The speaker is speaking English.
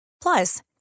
Plus